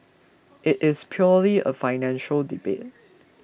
it is purely a financial debate